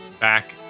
back